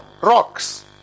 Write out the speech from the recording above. rocks